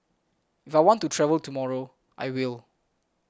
if I want to travel tomorrow I will